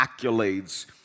accolades